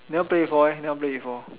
never play before meh never play before